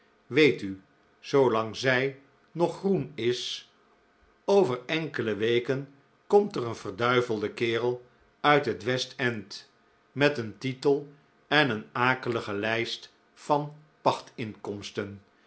weet u zoolang zij nog groen is overenkele weken komt er een ver kerel uit het west end met een titel en een akelige lijst van